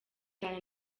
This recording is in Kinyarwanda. cyane